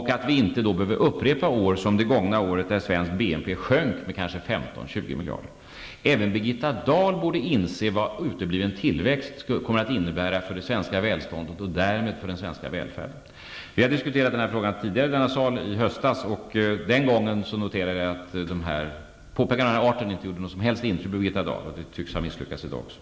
Vi skulle då inte behöva återigen få uppleva år som det gångna, när Sveriges BNP sjönk med kanske 15--20 miljarder. Även Birgitta Dahl borde inse vad utebliven tillväxt kommer att innebära för det svenska välståndet och därmed för den svenska välfärden. Vi har diskuterat denna fråga i höstas i denna sal, och den gången noterade jag att påpekanden av den här arten inte gjorde något som helst intryck på Birgitta Dahl, och de tycks ha misslyckats också i dag.